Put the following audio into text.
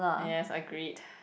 yes agreed